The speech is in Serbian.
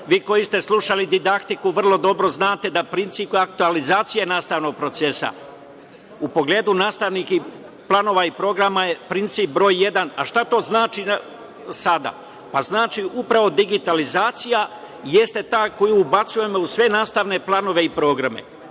koji ste slušali didaktiku, vrlo dobro znate da princip aktualizacije nastavnog procesa u pogledu nastavnih planova i programa je princip broj jedan. Šta to znači sada? Znači upravo digitalizacija, jeste ta koju ubacujemo u sve nastavne planove i programe. Pitaćete